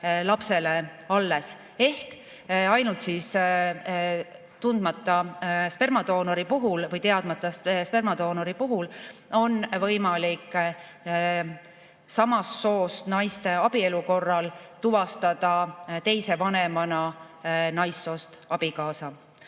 lapsele alles. Ainult tundmatu spermadoonori puhul või teadmata spermadoonori puhul on võimalik kahe naise abielu korral tuvastada teise vanemana naissoost abikaasa.